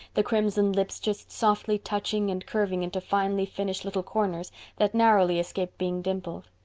the crimson lips just softly touching and curving into finely finished little corners that narrowly escaped being dimpled.